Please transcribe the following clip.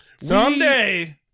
Someday